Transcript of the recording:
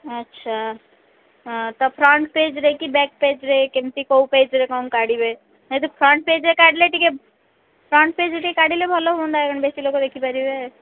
ଆଚ୍ଛା ତ front page ଦେଖି ବ୍ୟାକ୍ ପେଜ୍ରେ କେମତି କୋଉ ପେଜ୍ରେ କ'ଣ କାଢ଼ିବେ ଯେହେତୁ ଫ୍ରଣ୍ଟ୍ ପେଜ୍ରେ କାଢ଼ିଲେ ଟିକେ ଫ୍ରଣ୍ଟ୍ ପେଜ୍ରେ ଟିକେ କାଢ଼ିଲେ ଭଲ ହୁଅନ୍ତା କାରଣ ବେଶୀ ଲୋକ ଦେଖିପାରିବେ